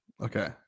Okay